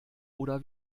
oder